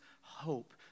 hope